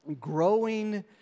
growing